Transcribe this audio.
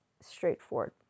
straightforward